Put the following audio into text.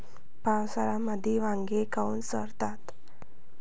पावसाळ्यामंदी वांगे काऊन सडतात?